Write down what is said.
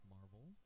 Marvel